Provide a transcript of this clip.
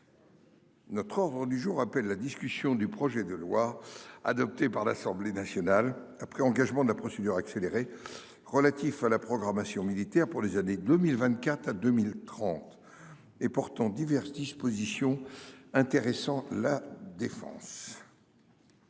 Notre ordre du jour appelle la discussion du projet de loi adopté par l'Assemblée nationale après engagement de la procédure accélérée, relatif à la programmation militaire pour les années 2024 à 2030 et portant diverses dispositions intéressant la défense.